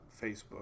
Facebook